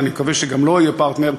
ואני מקווה שגם לו יהיה פרטנר,